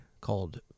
called